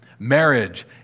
Marriage